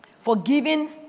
Forgiving